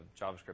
JavaScript